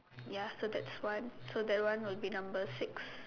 ya so that's one that one would be number six